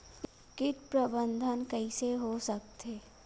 कीट प्रबंधन कइसे हो सकथे?